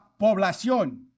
población